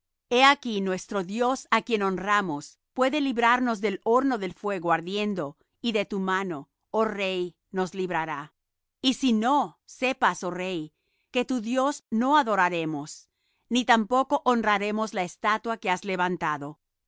he aquí nuestro dios á quien honramos puede librarnos del horno de fuego ardiendo y de tu mano oh rey nos librará y si no sepas oh rey que tu dios no adoraremos ni tampoco honraremos la estatua que has levantado